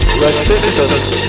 Resistance